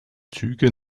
züge